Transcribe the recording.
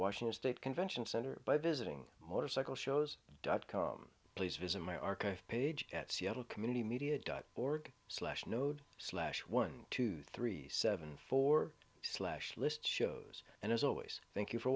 washington state convention center by visiting motorcycle shows dot com please visit my archive page at seattle community media dot org slash node slash one two three seven four slash list shows and as always thank you for